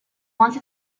once